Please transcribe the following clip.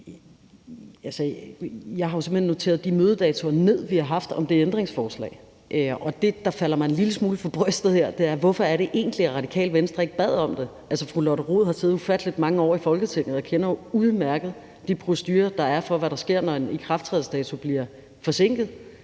Jeg har jo simpelt hen noteret datoerne ned for de møder, vi har haft, om det ændringsforslag, og det, der falder mig en lille smule for brystet her, er, hvorfor det egentlig er, Radikale Venstre ikke bad om det. Altså, fru Lotte Rod har siddet ufattelig mange år i Folketinget og kender jo udmærket de procedurer, der er, for, hvad der sker, når en ikrafttrædelsesdato bliver forsinket.